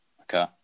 Okay